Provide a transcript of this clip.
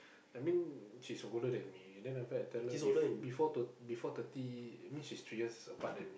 I mean she's older than me then after that I tell her bef~ before thir~ before thirty means she's three years apart than